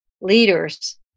leaders